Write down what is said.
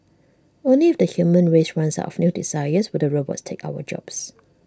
only if the human race runs out of new desires will the robots take our jobs